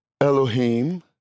Elohim